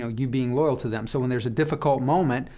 know, you being loyal to them. so when there's a difficult moment,